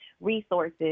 resources